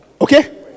Okay